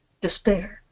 despair